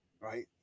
right